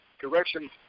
Correction